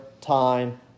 time